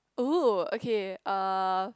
oh okay uh